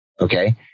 Okay